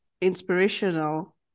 inspirational